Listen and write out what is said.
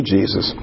Jesus